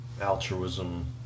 altruism